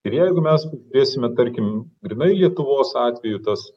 ir jeigu mes turėsime tarkim grynai lietuvos atveju tas